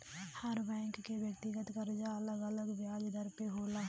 हर bank के व्यक्तिगत करजा अलग अलग बियाज दर पे होला